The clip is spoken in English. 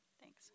Thanks